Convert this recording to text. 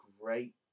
great